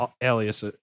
alias